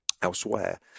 elsewhere